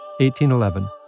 1811